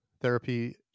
Therapy